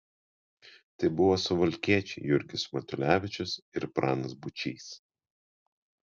tai buvo suvalkiečiai jurgis matulevičius ir pranas būčys